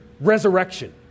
resurrection